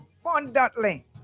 abundantly